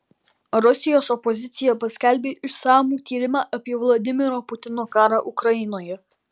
rusijos opozicija paskelbė išsamų tyrimą apie vladimiro putino karą ukrainoje